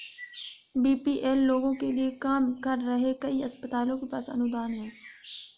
BPL लोगों के लिए काम कर रहे कई अस्पतालों के पास अनुदान हैं